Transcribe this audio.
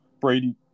Brady